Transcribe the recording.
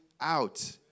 out